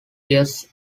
years